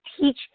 teach